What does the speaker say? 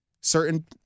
Certain